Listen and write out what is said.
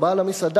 או בעל המסעדה,